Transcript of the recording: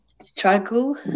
struggle